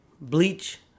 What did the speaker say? Bleach